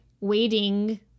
waiting